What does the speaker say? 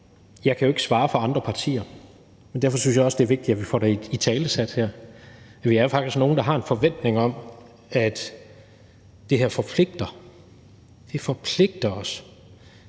jeg kan jo ikke svare for andre partier. Derfor synes jeg også, det er vigtigt, at vi får det italesat. Vi er faktisk nogle, der har en forventning om, at det her forpligter. Det forpligter os